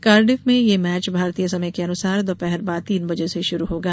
Cardiff में ये match भारतीय समय के अनुसार दोपहर बाद तीन बजे से शुरू होगा